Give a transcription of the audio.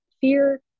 fear